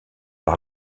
par